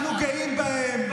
אנחנו גאים בהם.